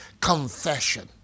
confession